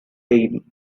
baby